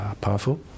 powerful